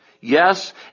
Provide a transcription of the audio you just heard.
Yes